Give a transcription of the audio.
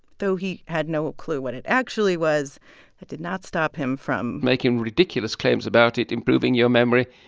though he had no clue what it actually was, that did not stop him from. making ridiculous claims about it improving your memory,